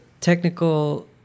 technical